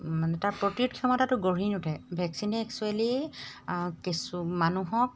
মানে তাৰ প্ৰতিৰোধ ক্ষমতাটো গঢ়ি নুঠে ভেকচিনে একচুৱেলী কিছু মানুহক